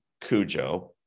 Cujo